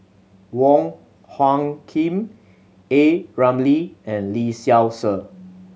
Wong Hung Khim A Ramli and Lee Seow Ser